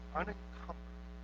unencumbered